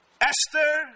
Esther